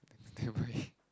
never mind